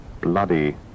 bloody